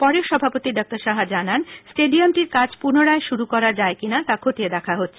পরে সভাপতি ডা সাহা জানান স্টেডিয়ামটির কাজ পুনরায় শুরু করা যায় কি না তা খতিয়ে দেখা হচ্ছে